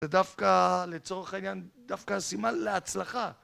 זה דווקא לצורך העניין דווקא סימן להצלחה